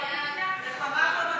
כהצעת הוועדה, נתקבל.